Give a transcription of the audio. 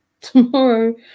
tomorrow